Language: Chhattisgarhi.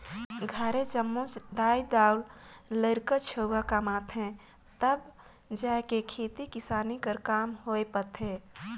घरे जम्मो दाई दाऊ,, लरिका छउवा कमाथें तब जाएके खेती किसानी कर काम हर होए पाथे